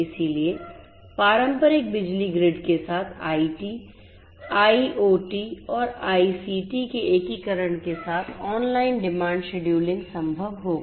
इसलिए पारंपरिक बिजली ग्रिड के साथ आईटी आईओटी और आईसीटी के एकीकरण के साथ ऑनलाइन डिमांड शेड्यूलिंग संभव होगा